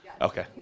Okay